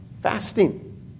fasting